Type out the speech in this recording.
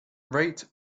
rate